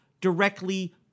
directly